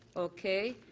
okay,